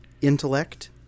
intellect